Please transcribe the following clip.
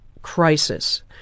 crisis